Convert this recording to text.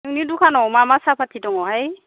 नोंनि दखानाव मा मा साफाति दङहाय